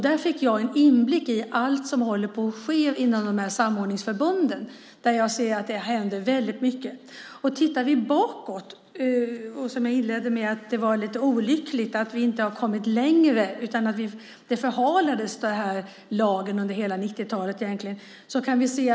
Där fick jag en inblick i det som håller på att ske inom samordningsförbunden, där jag ser att det händer väldigt mycket. Om vi ser bakåt kan vi konstatera det som jag inledde med att säga, nämligen att det är olyckligt att vi inte har kommit längre och att lagen förhalades under hela 1990-talet.